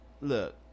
Look